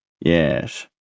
Yes